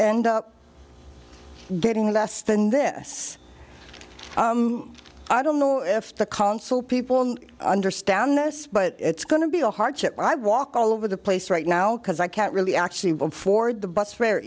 end up getting less than this i don't know if the consul people understand this but it's going to be a hardship i walk all over the place right now because i can't really actually ford the bus fare